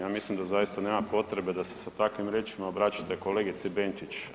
Ja mislim da zaista nema potrebe da se sa takvim riječima obraćate kolegici Benčić.